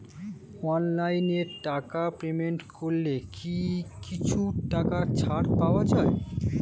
অনলাইনে টাকা পেমেন্ট করলে কি কিছু টাকা ছাড় পাওয়া যায়?